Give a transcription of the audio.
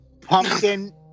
Pumpkin